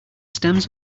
stems